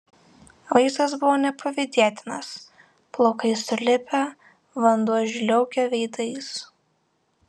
vaizdas buvo nepavydėtinas plaukai sulipę vanduo žliaugia veidais